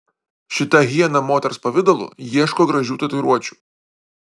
šita hiena moters pavidalu ieško gražių tatuiruočių